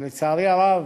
ולצערי הרב